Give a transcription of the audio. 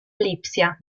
lipsia